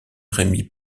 rémy